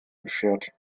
beschert